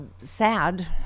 sad